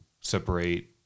separate